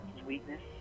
sweetness